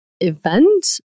event